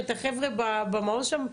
את החבר'ה במעוז שם,